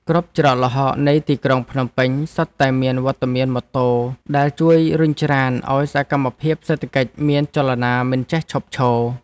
គ្រប់ច្រកល្ហកនៃទីក្រុងភ្នំពេញសុទ្ធតែមានវត្តមានម៉ូតូដែលជួយរុញច្រានឱ្យសកម្មភាពសេដ្ឋកិច្ចមានចលនាមិនចេះឈប់ឈរ។